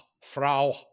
Frau